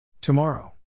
Tomorrow